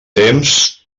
temps